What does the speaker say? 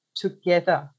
together